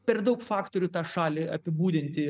per daug faktorių tą šalį apibūdinti